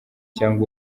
cyangwa